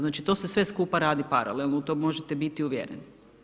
Znači, to se sve skupa radi paralelno u to možete biti uvjereni.